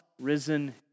risen